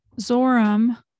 Zoram